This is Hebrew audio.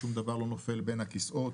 שום דבר לא נופל בין הכיסאות.